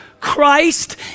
Christ